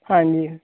ਹਾਂਜੀ